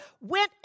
went